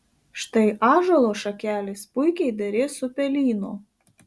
štai ąžuolo šakelės puikiai derės su pelyno